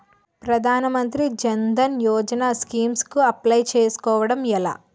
ప్రధాన మంత్రి జన్ ధన్ యోజన స్కీమ్స్ కి అప్లయ్ చేసుకోవడం ఎలా?